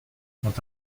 quant